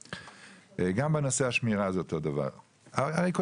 מאז עברו עשר שנים, היום דברים